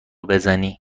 بزنی